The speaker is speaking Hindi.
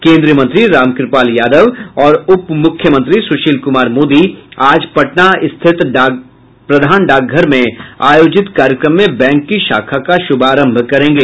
केंद्रीय मंत्री रामकृपाल यादव और उप मुख्यमंत्री सुशील कुमार मोदी आज पटना में स्थित प्रधान डाकघर में आयोजित कार्यक्रम में बैंक की शाखा का शुभारंभ करेंगे